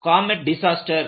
Comet disaster